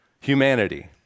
Humanity